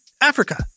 Africa